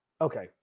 Okay